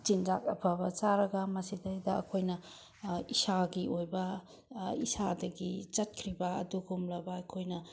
ꯆꯤꯟꯖꯥꯛ ꯑꯐꯕ ꯆꯥꯔꯒ ꯃꯁꯤꯗꯒꯤꯁꯤꯗ ꯑꯩꯈꯣꯏꯅ ꯏꯁꯥꯒꯤ ꯑꯣꯏꯕ ꯏꯁꯥꯗꯒꯤ ꯆꯠꯈ꯭ꯔꯤꯕ ꯑꯗꯨꯒꯨꯝꯂꯕ ꯑꯩꯈꯣꯏꯅ